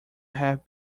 have